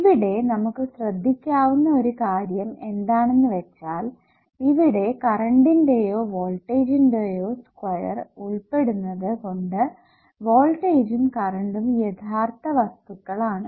ഇവിടെ നമുക്ക് ശ്രദ്ധിക്കാവുന്ന ഒരു കാര്യം എന്താണെന്ന് വെച്ചാൽ ഇവിടെ കറണ്ടിന്റെയോ വോൾട്ടേജിന്റെയോ സ്ക്വയർ ഉൾപ്പെടുന്നത് കൊണ്ട് വോൾട്ടേജ്ജും കറണ്ടും യഥാർത്ഥവസ്തുക്കൾ ആണ്